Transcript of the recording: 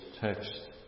text